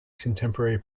contemporary